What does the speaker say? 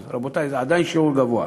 רבותי, זה עדיין שיעור גבוה,